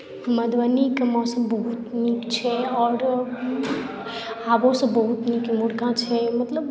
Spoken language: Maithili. मधुबनीके मौसम बहुत नीक छै आओर हवो सभ बहुत नीक इम्हरका छै मतलब